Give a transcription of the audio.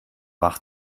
wach